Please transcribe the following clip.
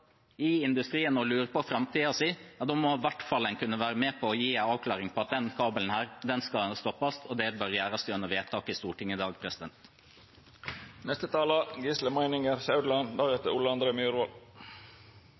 og lurer på framtiden sin. Da må man i hvert fall kunne være med på å gi en avklaring på at denne kabelen skal stoppes, og det bør gjøres gjennom vedtak i Stortinget i dag.